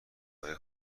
های